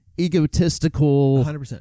egotistical